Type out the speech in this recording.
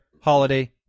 holiday